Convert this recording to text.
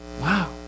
Wow